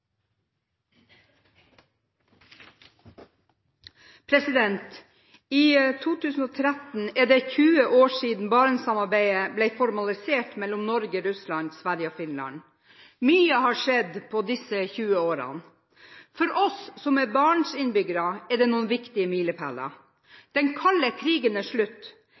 det 20 år siden Barentssamarbeidet mellom Norge, Russland, Sverige og Finland ble formalisert. Mye har skjedd på disse 20 årene. For oss som er Barentsinnbyggere, er det noen viktige milepæler: Den kalde krigen er slutt.